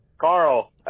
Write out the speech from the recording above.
Carl